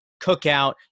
cookout